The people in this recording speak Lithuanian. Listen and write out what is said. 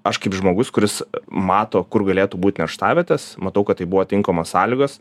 aš kaip žmogus kuris mato kur galėtų būt nerštavietės matau kad tai buvo tinkamos sąlygos